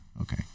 Okay